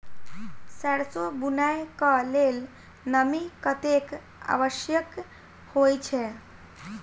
सैरसो बुनय कऽ लेल नमी कतेक आवश्यक होइ छै?